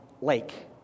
lake